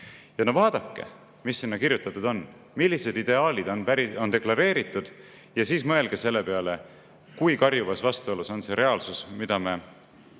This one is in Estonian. No vaadake, mis sinna on kirjutatud ja millised ideaalid on seal deklareeritud, ja siis mõelge selle peale, kui karjuvas vastuolus on reaalsus, mida me